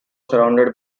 surrounded